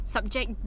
Subject